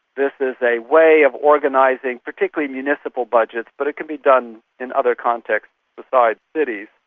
this is a way of organising particularly municipal budgets but it can be done in other contexts besides cities,